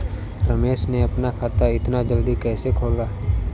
रमेश ने अपना खाता इतना जल्दी कैसे खोला?